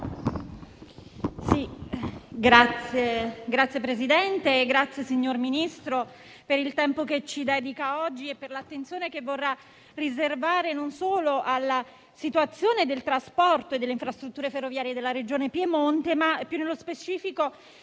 Signor Ministro, la ringrazio per il tempo che ci dedica oggi e per l'attenzione che vorrà riservare non solo alla situazione del trasporto e delle infrastrutture ferroviarie della Regione Piemonte, ma, più nello specifico,